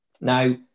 now